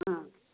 হয়